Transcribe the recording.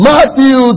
Matthew